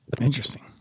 Interesting